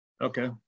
Okay